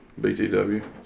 BTW